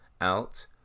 out